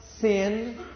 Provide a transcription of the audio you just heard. sin